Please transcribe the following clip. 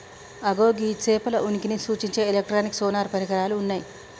అగో గీ సేపల ఉనికిని సూచించే ఎలక్ట్రానిక్ సోనార్ పరికరాలు ఉన్నయ్యి